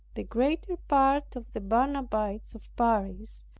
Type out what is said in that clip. the greater part of the barnabites of paris,